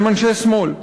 הם אנשי שמאל.